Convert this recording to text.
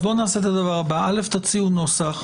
אז תציעו נוסח.